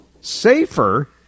safer